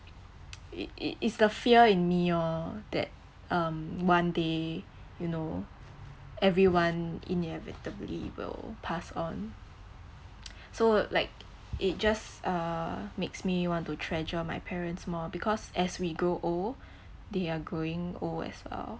it it is the fear in me lor that um one day you know everyone inevitably will pass on so like it just uh makes me want to treasure my parents more because as we grow old they are growing old as well